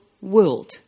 world